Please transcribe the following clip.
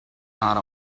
not